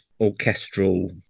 orchestral